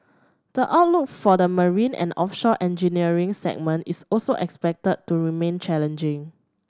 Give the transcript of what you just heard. the outlook for the marine and offshore engineering segment is also expected to remain challenging